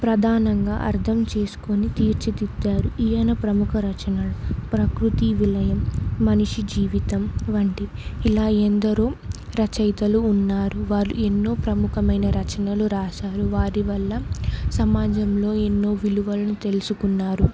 ప్రధానంగా అర్థం చేసుకొని తీర్చితిద్దారు ఈయన ప్రముఖ రచనలు ప్రకృతి విలయం మనిషి జీవితం వంటి ఇలా ఎందరో రచయితలు ఉన్నారు వారు ఎన్నో ప్రముఖమైన రచనలు రాశారు వారి వల్ల సమాజంలో ఎన్నో విలువలను తెలుసుకున్నారు